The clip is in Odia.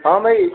ହଁ ଭାଇ